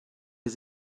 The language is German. der